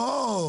לא.